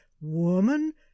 woman